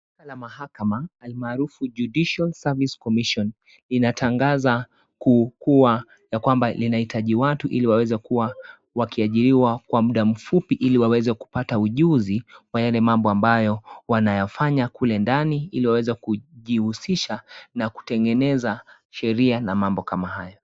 La mahakama almaarufu Judicial Service Commission linatangaza kukua ya kwamba linahitaji watu ili waweze kuwa wakiajiriwa kwa mda mfupi ili waweze kupata ujuzi wa yale mambo ambayo wanayafanya kule ndani ili waweze kujihusisha na kutengenea sheria na mambo kama hayo.